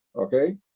okay